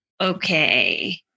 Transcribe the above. okay